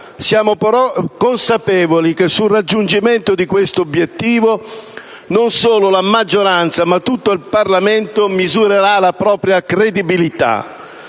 Siamo però consapevoli che sul raggiungimento di quest'obiettivo non solo la maggioranza, ma tutto il Parlamento misurerà la propria credibilità.